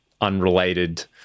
unrelated